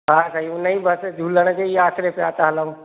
हा साईं हुन जी बसि झूलण जे ई आसिरे पिया था हलऊं